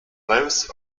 those